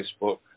Facebook